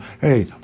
hey